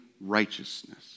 righteousness